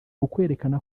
ukwerekana